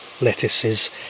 lettuces